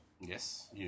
Yes